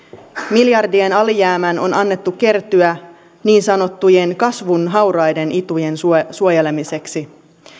miljardien alijäämän on annettu kertyä niin sanottujen kasvun hauraiden itujen suojelemiseksi